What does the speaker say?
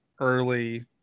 early